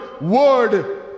word